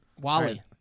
Wally